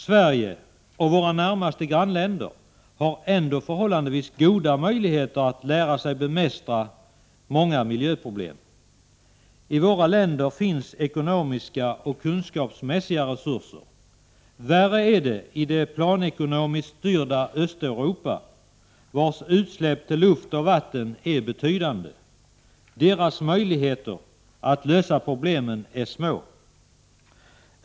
Sverige och våra närmaste grannländer har ändå förhållandevis goda möjligheter att lära sig bemästra många miljöproblem. I våra länder finns ekonomiska och kunskapsmässiga resurser. Värre är det i det planekonomiskt styrda Östeuropa, vars utsläpp till luft och vatten är betydande. Deras möjligheter att lösa problemen är små.